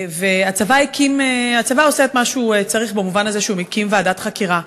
הצבא עושה את מה שהוא צריך במובן הזה שהוא מקים ועדת חקירה.